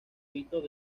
mitos